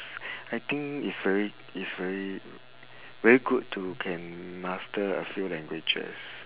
I think it's very it's very very good to can master a few languages